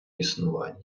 існування